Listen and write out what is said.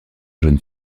jeune